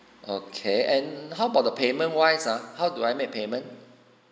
okay and how about the payment wise ah how do I make payment